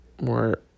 more